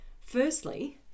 Firstly